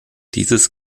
dieses